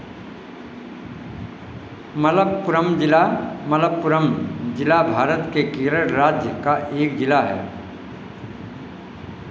मलप्पुरम जिला मलप्पुरम जिला भारत के केरल राज्य का एक जिला है